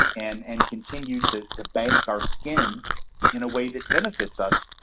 and and continue to to bank our skin in a way that benefits us.